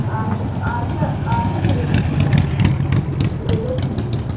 آچھا آچھا آچھا تُلِو بِہِو خۄدایَس حَوال تیٚلہِ کٔرۍزیو فون